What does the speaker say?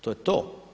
To je to.